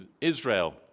Israel